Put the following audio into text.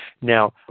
Now